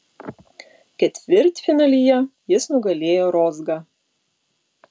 ketvirtfinalyje jis nugalėjo rozgą